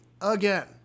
Again